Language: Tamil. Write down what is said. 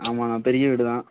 ஆமாண்ணா பெரிய வீடு தான்